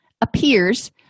appears